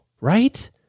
right